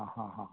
आं हां हां